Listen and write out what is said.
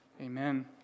Amen